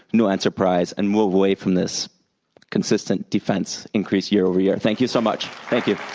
new enterprise, and move away from this consistent defense increase year over year. thank you so much. thank you.